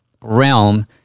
realm